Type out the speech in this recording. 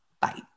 Bye